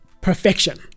perfection